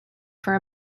for